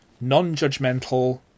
Non-judgmental